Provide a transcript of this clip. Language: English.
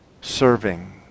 serving